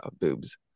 boobs